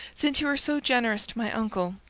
since you are so generous to my uncle,